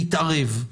להתערב.